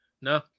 No